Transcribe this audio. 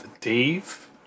Dave